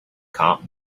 cop